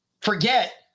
forget